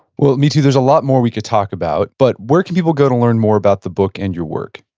well, mithu, there's a lot more we could talk about, but where can people go to learn more about the book and your work?